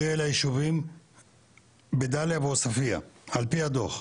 של הישובים בדאליה ועוספיה על פי הדוח.